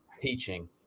teaching